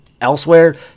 elsewhere